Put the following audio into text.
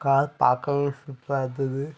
car பார்க்கவே சூப்பராக இருந்தது